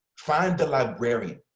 find the librarian.